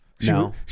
No